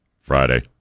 Friday